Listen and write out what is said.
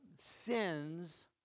sins